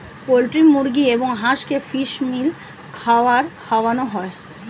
poultry মুরগি এবং হাঁসকে ফিশ মিল খাবার খাওয়ানো হয়